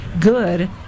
good